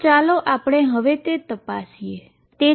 તો ચાલો આપણે હવે તે તપાસીએ